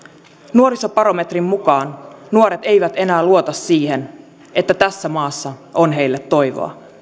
nuorisobarometrin mukaan nuoret eivät enää luota siihen että tässä maassa on heille toivoa